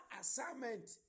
assignment